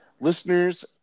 Listeners